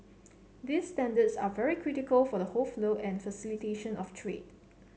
these standards are very critical for the whole flow and facilitation of trade